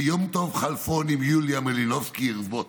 ויום טוב כלפון עם יוליה מלינובסקי ירבץ.